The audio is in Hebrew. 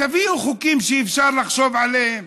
תביאו חוקים שאפשר לחשוב עליהם,